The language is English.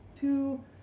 two